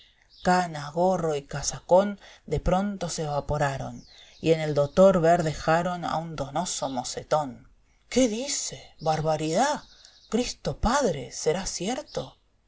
canas gorro y casacón de pronto se evaporaron y en el dotor ver dejaron a un donoso mocetón qué dice barbaridá cristo padre será cierto